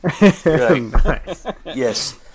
Yes